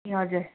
ए हजुर